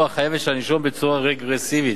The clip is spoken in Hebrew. החייבת של הנישום בצורה רגרסיבית,